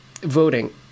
voting